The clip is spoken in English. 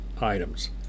items